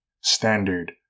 standard